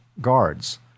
guards